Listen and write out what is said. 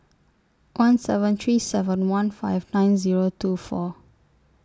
one seven three seven one five nine Zero two four